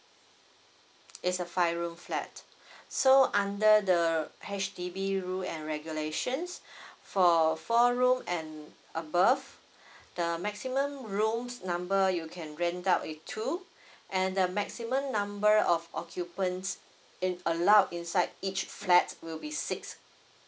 it's a five room flat so under the H_D_B rule and regulations for four room and above the maximum rooms number you can rent out is two and the maximum number of occupants in~ allowed inside each flats will be six